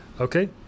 Okay